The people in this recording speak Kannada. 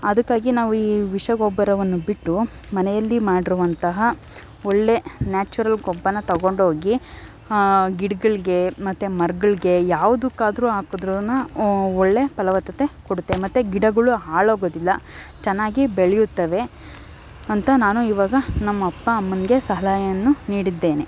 ಅದಕ್ಕಾಗಿ ನಾವು ಈ ವಿಷ ಗೊಬ್ಬರವನ್ನು ಬಿಟ್ಟು ಮನೆಯಲ್ಲಿ ಮಾಡಿರುವಂತಹ ಒಳ್ಳೆಯ ನ್ಯಾಚುರಲ್ ಗೊಬ್ಬರನ ತೊಗೊಂಡು ಹೋಗಿ ಗಿಡ್ಗಳಿಗೆ ಮತ್ತು ಮರಗಳ್ಗೆ ಯಾವುದಕ್ಕಾದ್ರೂ ಹಾಕಿದ್ರೂ ಒಳ್ಳೆಯ ಫಲವತ್ತತೆ ಕೊಡುತ್ತೆ ಮತ್ತು ಗಿಡಗಳು ಹಾಳಾಗೋದಿಲ್ಲ ಚೆನ್ನಾಗಿ ಬೆಳೆಯುತ್ತವೆ ಅಂತ ನಾನು ಇವಾಗ ನಮ್ಮ ಅಪ್ಪ ಅಮ್ಮನಿಗೆ ಸಲಹೆಯನ್ನು ನೀಡಿದ್ದೇನೆ